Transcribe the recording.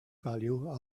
value